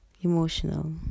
Emotional